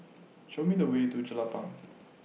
Show Me The Way to Jelapang